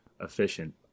efficient